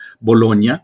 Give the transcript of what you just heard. Bologna